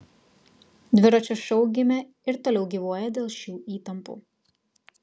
dviračio šou gimė ir toliau gyvuoja dėl šių įtampų